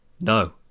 no